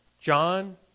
John